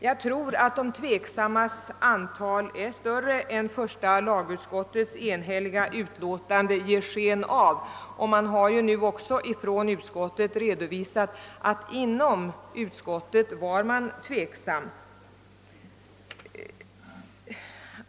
Jag tror att de tveksammas antal är större än första lagutskottets enhälliga utlåtande ger sken av, och man har också från utskottet redovisat att man där var tveksam.